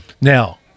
Now